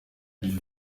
bava